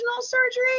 surgery